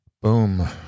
Boom